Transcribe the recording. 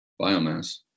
biomass